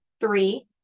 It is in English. three